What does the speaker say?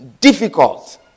difficult